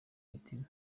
imitima